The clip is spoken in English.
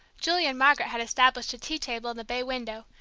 julie and margaret had established a tea table in the bay window,